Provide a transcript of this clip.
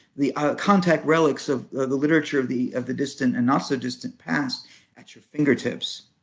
the contact relics of the literature of the of the distant and not-so-distant past at your fingertips.